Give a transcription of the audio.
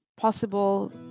possible